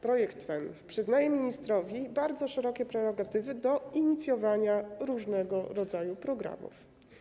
Projekt ten przyznaje ministrowi bardzo szerokie prerogatywy w zakresie inicjowania różnego rodzaju programów.